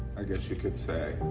i guess you could say.